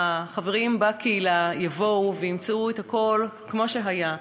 החברים בקהילה יבואו וימצאו את הכול כמו שהיה,